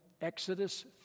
Exodus